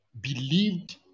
believed